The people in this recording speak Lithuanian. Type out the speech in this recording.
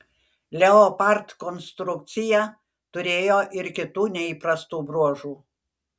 leopard konstrukcija turėjo ir kitų neįprastų bruožų